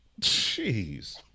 Jeez